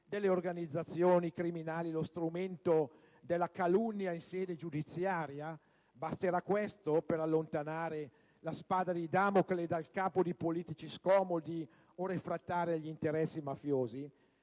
delle organizzazioni criminali lo strumento della calunnia in sede giudiziaria? Basterà questo per allontanare la spada di Damocle dal capo di politici scomodi o refrattari agli interessi mafiosi?